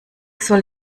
soll